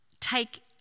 take